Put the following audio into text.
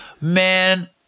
Man